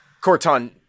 Corton